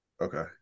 okay